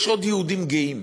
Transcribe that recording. יש עוד יהודים גאים